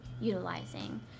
utilizing